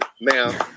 now